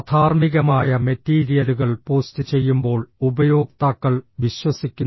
അധാർമികമായ മെറ്റീരിയലുകൾ പോസ്റ്റ് ചെയ്യുമ്പോൾ ഉപയോക്താക്കൾ വിശ്വസിക്കുന്നു